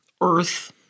Earth